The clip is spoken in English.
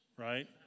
Right